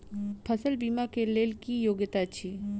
फसल बीमा केँ लेल की योग्यता अछि?